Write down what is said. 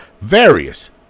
various